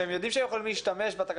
שהם יודעים שהם יכולים להשתמש בו,